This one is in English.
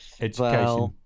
education